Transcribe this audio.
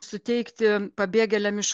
suteikti pabėgėliam iš